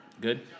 Good